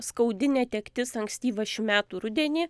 skaudi netektis ankstyvą šių metų rudenį